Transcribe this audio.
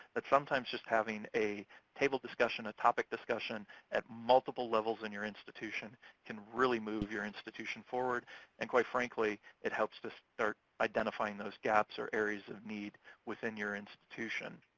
that sometimes just having a table discussion, a topic discussion at multiple levels in your institution can really move your institution forward and quite frankly it helps to start identifying those gaps or areas of need within your institution.